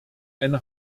eine